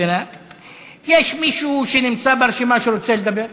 יש מישהו שנמצא ברשימה ורוצה לדבר?